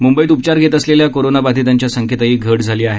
मुंबईत उपचार घेत असलेल्या कोरोनाबाधितांच्या संख्येतही घट झाली आहे